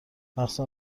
مخصوصا